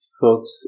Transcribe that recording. folks